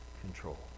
control